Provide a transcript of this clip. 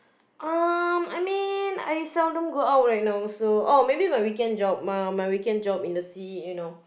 um I mean I seldom go out right now also oh maybe my weekend job my my weekend job in the sea you know